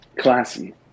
classy